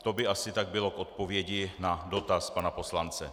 To by asi bylo k odpovědi na dotaz pana poslance.